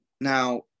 Now